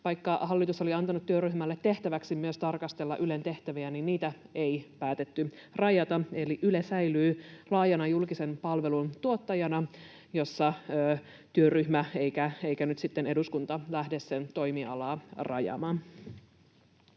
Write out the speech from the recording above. vaikka hallitus oli antanut työryhmälle tehtäväksi myös tarkastella Ylen tehtäviä, niin niitä ei päätetty rajata. Eli Yle säilyy laajana julkisen palvelun tuottajana, eikä työryhmä eikä nyt sitten eduskunta lähde sen toimialaa rajaamaan.